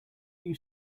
you